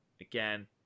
again